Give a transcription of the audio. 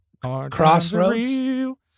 Crossroads